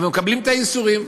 אבל מקבלים את הייסורים.